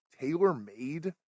tailor-made